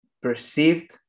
perceived